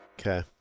Okay